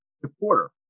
supporter